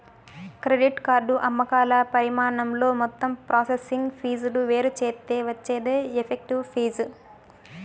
credit card అమ్మకాల పరిమాణంతో మొత్తం ప్రాసెసింగ్ ఫీజులు వేరుచేత్తే వచ్చేదే ఎఫెక్టివ్ ఫీజు